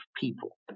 people